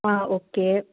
ஆ okay